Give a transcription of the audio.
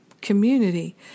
community